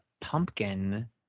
pumpkin